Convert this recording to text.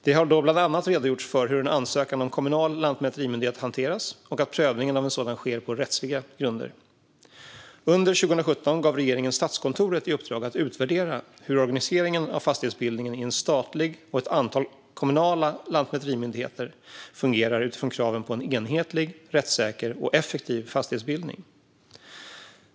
Det har då bland annat redogjorts för hur en ansökan om kommunal lantmäterimyndighet hanteras och att prövningen av en sådan sker på rättsliga grunder. Under 2017 gav regeringen Statskontoret i uppdrag att utvärdera hur organiseringen av fastighetsbildningen i en statlig och ett antal kommunala lantmäterimyndigheter fungerar utifrån kraven på en enhetlig, rättssäker och effektiv fastighetsbildning.